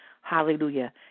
hallelujah